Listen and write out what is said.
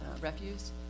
Refuse